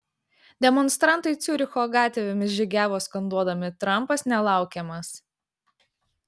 demonstrantai ciuricho gatvėmis žygiavo skanduodami trampas nelaukiamas